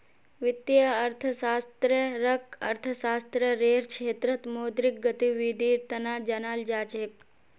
वित्तीय अर्थशास्त्ररक अर्थशास्त्ररेर क्षेत्रत मौद्रिक गतिविधीर तना जानाल जा छेक